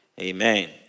Amen